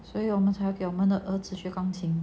所以我们才给我们的儿子学钢琴